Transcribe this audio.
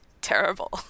terrible